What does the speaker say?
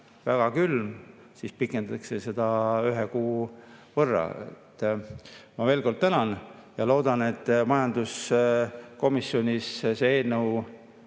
väga külm, siis pikendatakse seda ühe kuu võrra. Ma veel kord tänan ja loodan, et majanduskomisjonis liigub see eelnõu